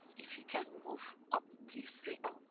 if you can move up please rick?